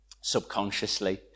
Subconsciously